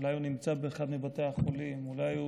אולי הוא נמצא באחד מבתי החולים, אולי הוא